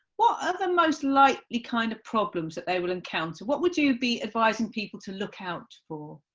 what are the most likely kind of problems that they will encounter? what would you you be advising people to look out for?